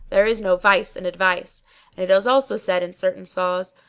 there is no vice in advice and it is also said in certain saws,